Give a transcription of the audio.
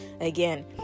again